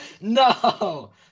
no